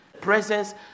presence